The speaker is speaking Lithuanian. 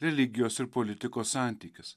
religijos ir politikos santykis